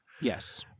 yes